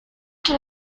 que